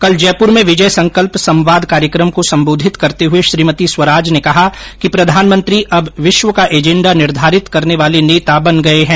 कल जयपुर में विजय संकल्प संवाद कार्यक्रम को संबोधित करते हुए श्रीमती स्वराज ने कहा कि प्रधानमंत्री अब विश्व का एजेंडा निर्धारित करने वाले नेता बन गए हैं